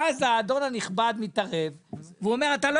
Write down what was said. ואז האדון הנכבד מתערב ואומר: אתה לא